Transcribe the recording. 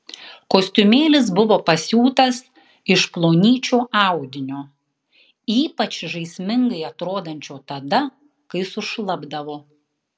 kostiumėlis buvo pasiūtas iš plonyčio audinio ypač žaismingai atrodančio tada kai sušlapdavo